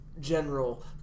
general